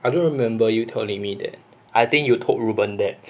I don't remember you telling me that I think you told reu ben that